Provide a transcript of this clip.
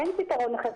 אין פתרון אחר.